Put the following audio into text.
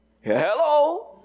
Hello